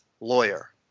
Lawyer